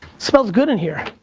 smells good in here.